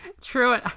True